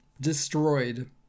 destroyed